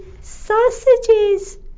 Sausages